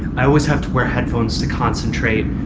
i always have to wear headphones to concentrate,